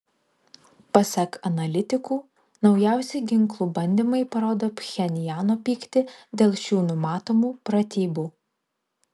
pasak analitikų naujausi ginklų bandymai parodo pchenjano pyktį dėl šių numatomų pratybų